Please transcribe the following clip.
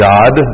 God